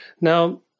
Now